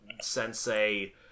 sensei